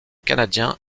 canadiens